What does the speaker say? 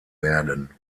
werden